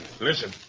Listen